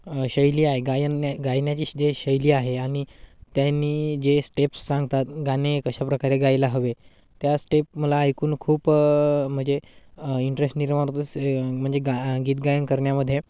शैली आहे गायन गायनाची जे शैली आहे आणि त्यांनी जे स्टेप्स सांगतात गाणे कशा प्रकारे गायला हवे त्या स्टेप मला ऐकून खूप म्हणजे इंटरेस निर्माण होतो म्हणजे गा गीत गायन करण्यामध्ये